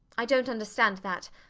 i dont understand that.